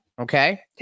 okay